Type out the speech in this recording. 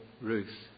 Ruth